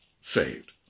saved